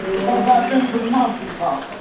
because i've been to the mountaintop.